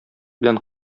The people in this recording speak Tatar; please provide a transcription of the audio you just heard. белән